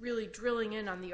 really drilling in on the